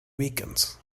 weekends